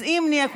אז אם נהיה,